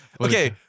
Okay